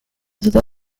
todo